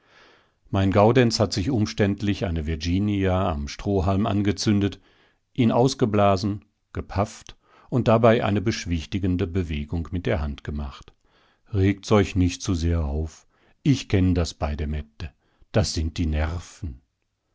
mein gaudenz hat sich umständlich eine virginia am strohhalm angezündet ihn ausgeblasen gepafft und dabei eine beschwichtigende bewegung mit der hand gemacht regt's euch nicht zu sehr auf ich kenn das bei der mette das sind die nerven